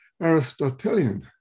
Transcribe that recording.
Aristotelian